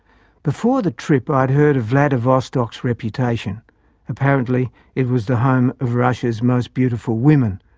before the trip, i had heard of vladivostok's reputation apparently it was the home of russia's most beautiful women.